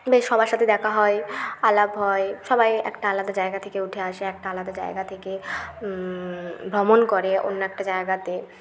বেশ সবার সাথে দেখা হয় আলাপ হয় সবাই একটা আলাদা জায়গা থেকে উঠে আসে একটা আলাদা জায়গা থেকে ভ্রমণ করে অন্য একটা জায়গাতে